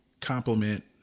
compliment